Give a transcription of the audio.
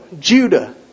Judah